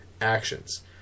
actions